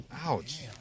Ouch